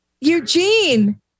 Eugene